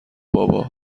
بابا